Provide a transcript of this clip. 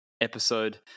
episode